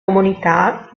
comunità